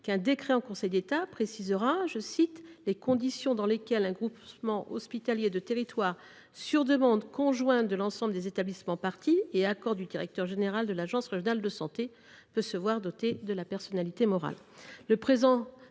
qu’un décret en conseil d’État précisera « les conditions dans lesquelles un groupement hospitalier de territoire, sur demande conjointe de l’ensemble des établissements parties et accord du directeur général de l’agence régionale de santé, peut être doté de la personnalité morale ».